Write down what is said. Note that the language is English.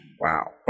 Wow